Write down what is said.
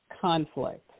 conflict